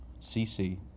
CC